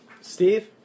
Steve